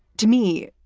to me,